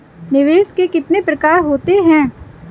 निवेश के कितने प्रकार होते हैं?